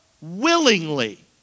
Willingly